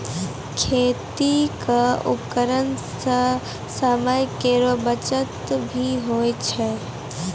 खेती क उपकरण सें समय केरो बचत भी होय छै